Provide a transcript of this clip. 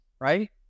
right